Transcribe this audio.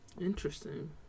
Interesting